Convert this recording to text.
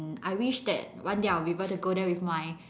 I wish that one day I'll be able to go there with my